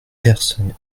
personne